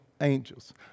angels